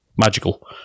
Magical